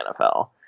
NFL